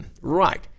right